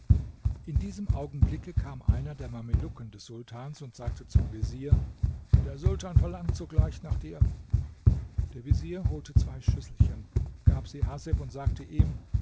in diesem augenblicke kam einer der mamelucken des sultans und sagte zum vezier der sultan verlangt sogleich nach dir der vezier holte zwei schüsselchen gab sie haseb und sagte ihm